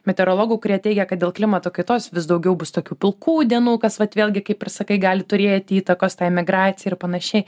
meteorologų kurie teigia kad dėl klimato kaitos vis daugiau bus tokių pilkų dienų kas vat vėlgi kaip ir sakai gali turėti įtakos tai migracijai ir panašiai